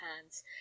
hands